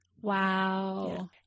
Wow